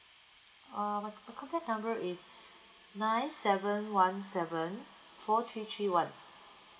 uh my contact number is nine seven one seven four three three one